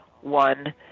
One